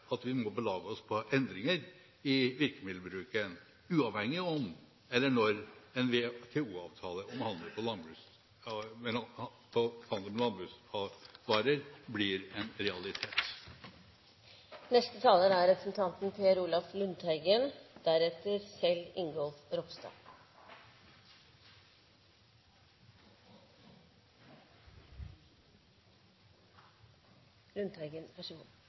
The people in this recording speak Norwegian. at vi må belage oss på endringer i virkemiddelbruken, uavhengig av om eller når en WTO-avtale om handel med landbruksvarer blir en realitet. Jeg vil først ta opp mine tre forslag og kort begrunne dem, fordi dette er